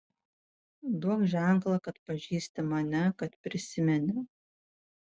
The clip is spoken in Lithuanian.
duok ženklą kad pažįsti mane kad prisimeni